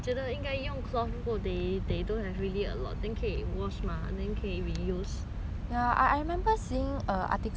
have really a lot then 可以 wash mah then 可以 reuse